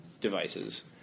devices